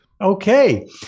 Okay